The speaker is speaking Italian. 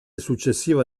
successiva